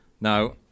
Now